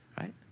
right